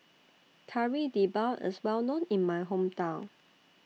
Kari Debal IS Well known in My Hometown